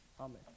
Amen